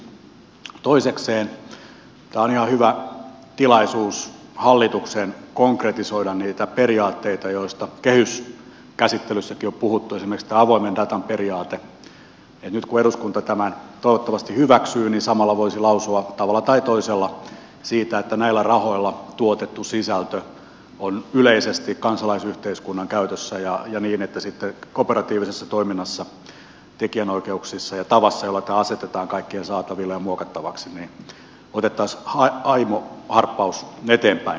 toisekseen tämä on ihan hyvä tilaisuus hallituksen konkretisoida niitä periaatteita joista kehyskäsittelyssäkin on puhuttu esimerkiksi tämä avoimen datan periaate että nyt kun eduskunta tämän toivottavasti hyväksyy niin samalla voisi lausua tavalla tai toisella siitä että näillä rahoilla tuotettu sisältö on yleisesti kansalaisyhteiskunnan käytössä ja niin että sitten operatiivisessa toiminnassa tekijänoikeuksissa ja tavassa jolla tämä asetetaan kaikkien saataville ja muokattavaksi otettaisiin aimo harppaus eteenpäin